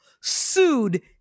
sued